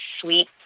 sweet